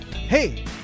Hey